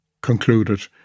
concluded